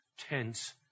tense